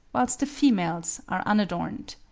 whilst the females are unadorned.